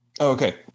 Okay